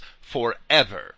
forever